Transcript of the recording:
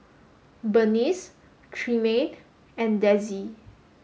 Bernice Tremaine and Dezzie